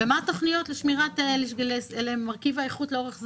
ומה התוכניות לשמירת מרכיב האיכות לאורך זמן?